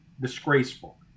Disgraceful